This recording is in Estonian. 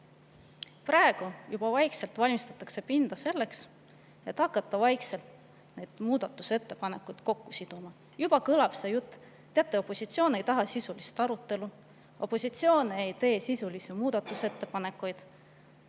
Praegu juba vaikselt valmistatakse pinda ette selleks, et hakata vaikselt muudatusettepanekuid kokku siduma. Juba kõlab see jutt: teate, opositsioon ei taha sisulist arutelu, opositsioon ei tee sisulisi muudatusettepanekuid.